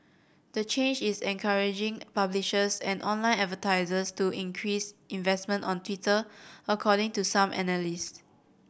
the change is encouraging publishers and online advertisers to increase investment on Twitter according to some analysts